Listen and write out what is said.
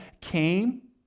came